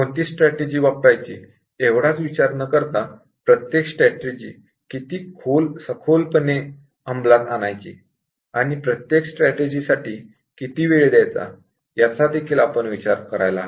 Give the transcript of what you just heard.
कोणती स्ट्रॅटेजी वापरायची एवढाच विचार न करता प्रत्येक स्ट्रॅटेजी किती सखोलपणे अंमलात आणायची आणि प्रत्येक स्ट्रॅटेजी साठी किती वेळ द्यायचा याचा देखील आपण विचार करायला हवा